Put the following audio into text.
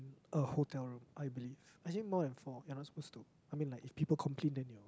a hotel room I believe actually more than four you're not supposed to I mean like if people complain then you